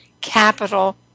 capital